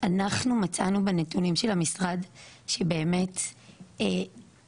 אנחנו מצאנו בנתונים של המשרד שבאמת בשלוש